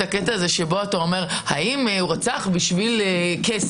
הקטע הזה שאתה אומר: האם הוא רצח בשביל כסף,